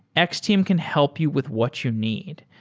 x-team can help you with what you need.